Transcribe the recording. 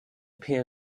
peer